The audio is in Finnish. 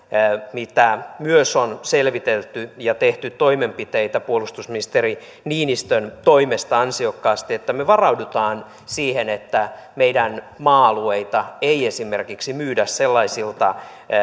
mitä myös on selvitelty ja on tehty toimenpiteitä puolustusministeri niinistön toimesta ansiokkaasti niin että me varaudumme siihen että meidän maa alueitamme ei esimerkiksi myydä sellaisilta